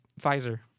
Pfizer